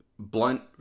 Blunt